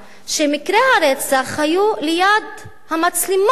שמקרי הרצח היו ליד מצלמות,